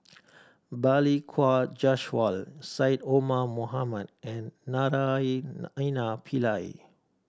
Balli Kaur Jaswal Syed Omar Mohamed and Naraina Pillai